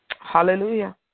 Hallelujah